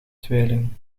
tweeling